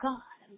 God